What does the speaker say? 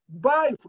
buy